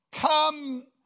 come